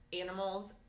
animals